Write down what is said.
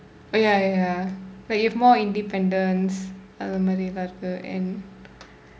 oh ya ya ya but you have more independence அந்த மாதிரி எல்லா இருக்கு:andtha maathiri ellaa irukku and